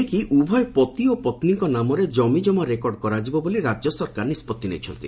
ଏଣିକି ଉଭୟ ପତି ଓ ପତ୍ବୀଙ୍କ ନାମରେ ଜମି ଜମା ରେକର୍ଡ କରାଯିବ ବୋଲି ରାଜ୍ୟ ସରକାର ନିଷ୍ବଭି ନେଇଛନ୍ତି